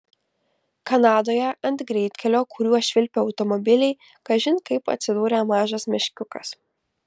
kanadoje ant greitkelio kuriuo švilpė automobiliai kažin kaip atsidūrė mažas meškiukas